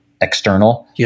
external